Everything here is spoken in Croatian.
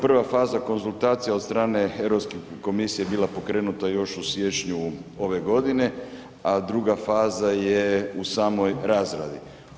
Prva faza konzultacija od strane Europske komisije bila pokrenuta još u siječnju ove godine, a druga faza je u samoj razradi.